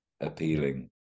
appealing